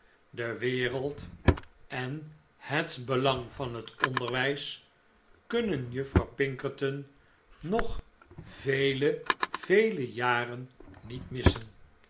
de wereld en het belang van het onderwijs kunnen juffrouw pinkerton nog vele vele jaren niet missen